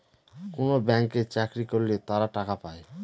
কোনো ব্যাঙ্কে চাকরি করলে তারা টাকা পায়